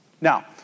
Now